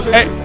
Hey